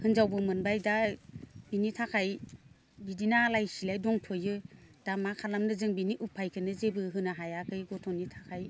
हिनजावबो मोनबाय दा बिनि थाखाय बिदिनो आलाय सिलाय दंथ'यो दा मा खालामनो जों बिनि उफायखोनो जेबो होनो हायाखै गथ'नि थाखाय